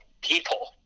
people